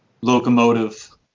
locomotive